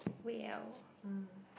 well